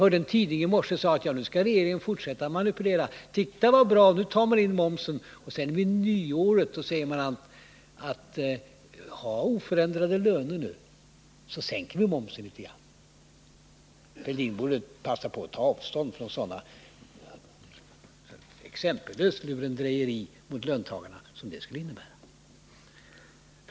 I en tidning i morse stod det att regeringen skall fortsätta att manipulera. Titta vad bra! Nu höjer man momsen och sedan vid nyåret säger man: Behåll lönerna oförändrade, så sänker vi momsen litet grand. Thorbjörn Fälldin borde ta avstånd från det exempellösa lurendrejeri mot löntagarna som detta skulle innebära.